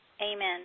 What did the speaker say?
Amen